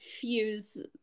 fuse